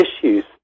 issues